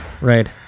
Right